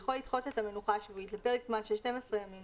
יכול לדחות את המנוחה השבועית לפרק זמן של 12 ימים